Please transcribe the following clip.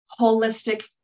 Holistic